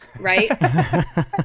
Right